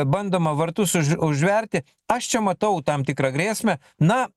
bandoma vartus už užverti aš čia matau tam tikrą grėsmę na